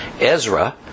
Ezra